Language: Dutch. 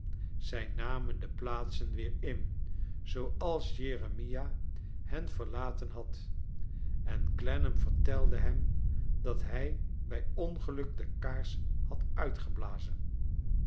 zij namen de plaatsen weer in zooals jeremia hen verlaten had en clennam vertelde hem dat hij bij ongeluk de kaars had